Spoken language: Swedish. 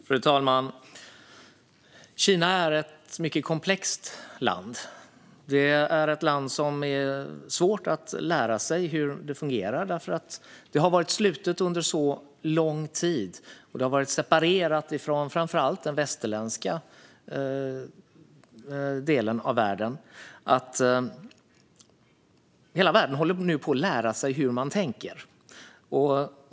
Fru talman! Kina är ett mycket komplext land. Det är svårt att lära sig hur detta land fungerar, för det har varit slutet under så lång tid. Det har varit separerat från framför allt den västerländska delen av världen. Hela världen håller nu på att lära sig hur Kina tänker.